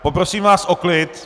Poprosím vás o klid.